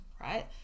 right